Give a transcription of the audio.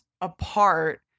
apart